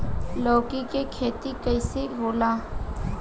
लौकी के खेती कइसे होला?